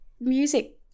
music